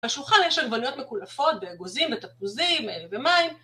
בשולחן יש עגבניות מקולפות באגוזים ותפוזים, אלה ומים